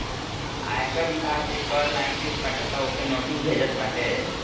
आयकर विभाग जे कर नाइ देत बाटे तअ ओके नोटिस भेजत बाटे